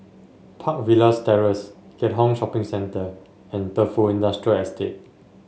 Park Villas Terrace Keat Hong Shopping Centre and Defu Industrial Estate